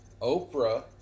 Oprah